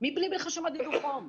בלי שבכלל מדדו חום.